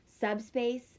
Subspace